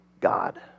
God